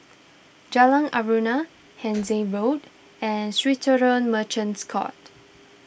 Jalan Aruan Hindhede Walk and Swissotel Merchants Court